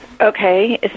Okay